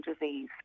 disease